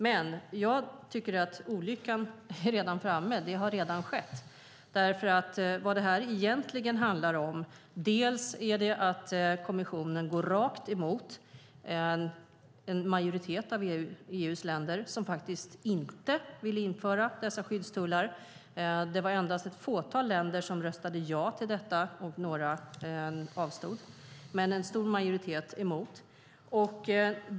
Men jag tycker att skadan redan är skedd, därför att vad det här egentligen handlar om är att kommissionen går rakt emot en majoritet av EU:s länder som faktiskt inte vill införa dessa skyddstullar. Det var endast ett fåtal länder som röstade ja till detta och några som avstod. En stor majoritet var emot.